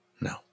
no